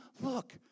look